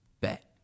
Bet